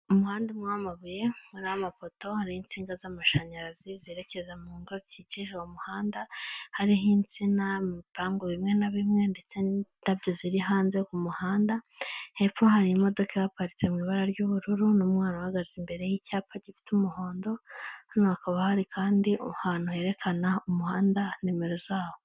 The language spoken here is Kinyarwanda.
Umuhanda umwe w'amabuye hariho amapoto hariho insinga z'amashanyarazi zerekeza mu ngo zikikije uwo muhanda, hariho insina mu bipangu bimwe na bimwe ndetse n'indabyo ziri hanze ku muhanda hepfo hari imodoka ihaparitse mu ibara ry'ubururu n'umwana uhagaze imbere y'icyapa gifite umuhondo, hano hakaba hari kandi ahantu herekana umuhanda nimero zawo.